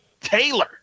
Taylor